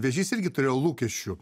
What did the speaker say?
vėžys irgi turėjo lūkesčių